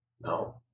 No